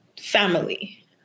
family